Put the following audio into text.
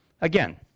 again